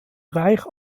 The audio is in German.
reich